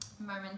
moment